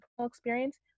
experience